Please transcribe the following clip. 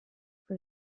for